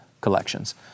collections